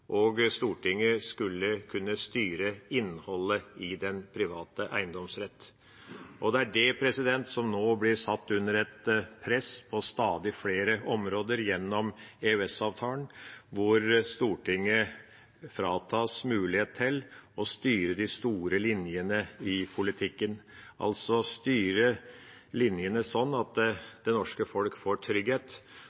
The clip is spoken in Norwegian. og Stortinget skulle kunne styre innholdet i den private eiendomsretten. Det er det som nå blir satt under press på stadig flere områder gjennom EØS-avtalen, hvor Stortinget fratas mulighet til å styre de store linjene i politikken – altså styre linjene slik at